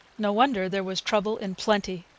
no wonder there was trouble in plenty.